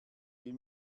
wie